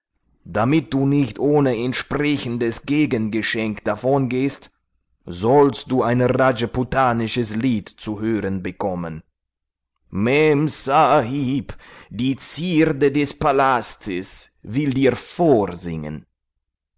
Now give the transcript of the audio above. damit du nicht ohne entsprechendes gegengeschenk davongehst sollst du ein rajputanisches lied zu hören bekommen memsahib die zierde des palastes will dir vorsingen